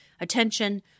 attention